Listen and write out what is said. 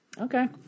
Okay